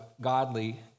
godly